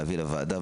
להביא לוועדה,